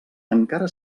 encara